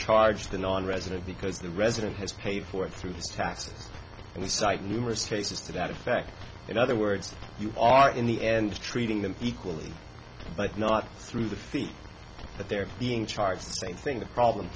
charge the nonresident because the resident has paid for it through his taxes and the site numerous faces to that effect in other words you are in the end treating them equally but not through the fee that they're being charged the same thing the problem